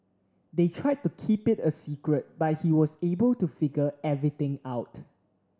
they tried to keep it a secret but he was able to figure everything out